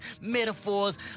metaphors